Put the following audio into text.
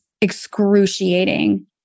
excruciating